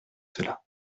cela